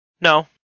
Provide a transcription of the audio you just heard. No